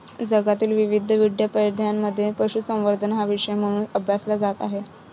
जगातील विविध विद्यापीठांमध्ये पशुसंवर्धन हा विषय म्हणून अभ्यासला जात आहे